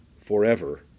forever